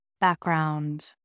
background